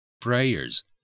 prayers